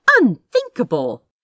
Unthinkable